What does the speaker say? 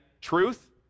truth